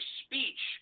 speech